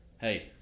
Hey